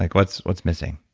like what's what's missing?